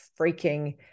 freaking